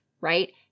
right